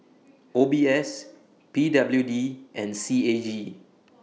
O B S P W D and C A G